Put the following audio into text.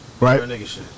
right